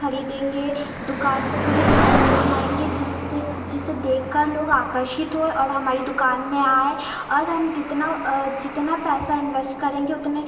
खरीदेंगे दूकान को थोड़ी स्टैन्डर्ड बनाएंगे जिससे क जिसे देख कर लोग आकर्षित होये और हमारी दुकान में आए और हम जितना जितना पैसा इन्वेस्ट करेंगे उतने